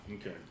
Okay